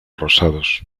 rosados